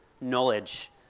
knowledge